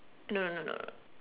no no no no